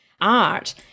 art